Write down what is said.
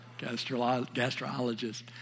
gastrologist